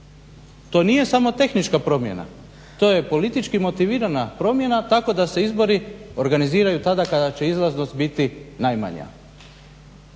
To nije samo tehnička promjena to je politički motivirana promjena tako da se izbori organiziraju tada kada će izlaznost biti najmanja.